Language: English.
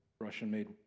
Russian-made